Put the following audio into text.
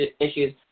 issues